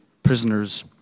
prisoners